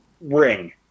ring